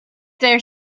there